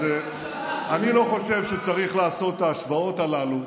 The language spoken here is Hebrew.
אז אני לא חושב שצריך לעשות את ההשוואות הללו,